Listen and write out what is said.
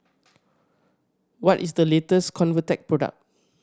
what is the latest Convatec product